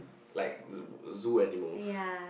like zoo zoo animals